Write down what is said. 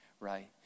right